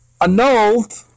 annulled